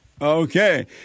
Okay